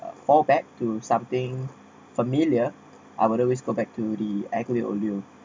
fall back to something familiar I would always go back to the aglio olio